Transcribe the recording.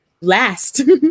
last